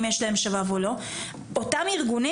אם יש להם שבב או לא - אותם ארגונים,